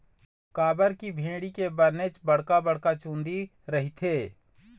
काबर की भेड़ी के बनेच बड़का बड़का चुंदी रहिथे